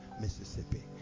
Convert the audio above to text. Mississippi